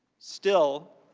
still,